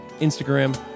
Instagram